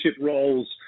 roles